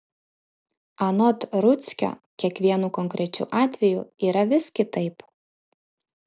anot rudzkio kiekvienu konkrečiu atveju yra vis kitaip